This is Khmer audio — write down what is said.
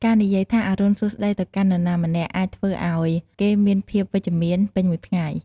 ការនិយាយថា "អរុណសួស្តី" ទៅកាន់នរណាម្នាក់អាចធ្វើឱ្យគេមានភាពវិជ្ជមាន ពេញមួយថ្ងៃ។